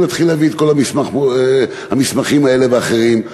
להתחיל להביא את כל המסמכים האלה ואחרים,